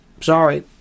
Sorry